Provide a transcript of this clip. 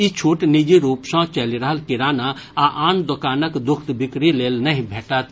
ई छूट निजी रूप सॅ चलि रहल किराना आ आन दोकानक दुग्ध बिक्री लेल नहि भेटत